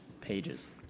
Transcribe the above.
pages